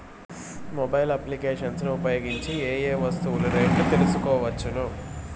Mobile applications ను ఉపయోగించి ఏ ఏ వస్తువులు రేట్లు తెలుసుకోవచ్చును?